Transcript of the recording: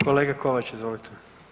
Kolega Kovač izvolite.